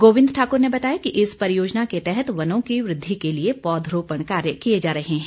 गोविंद ठाकुर ने बताया कि इस परियोजना के तहत वनों की वृद्धि के लिए पौधरोपण कार्य किए जा रहे हैं